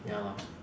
ya lah